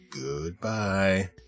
goodbye